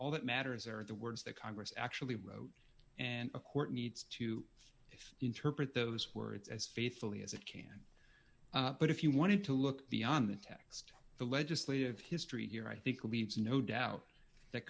all that matters are the words that congress actually wrote and a court needs to if interpret those words as faithfully as it can but if you wanted to look beyond the text the legislative history here i think leaves no doubt that